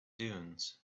dunes